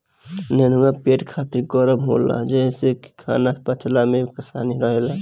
नेनुआ पेट खातिर गरम होला जेसे की खाना पचला में आसानी रहेला